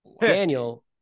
Daniel